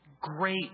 Great